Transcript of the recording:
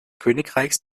königreichs